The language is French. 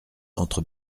entre